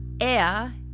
air